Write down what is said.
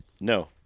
No